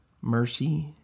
mercy